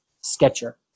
sketcher